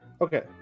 Okay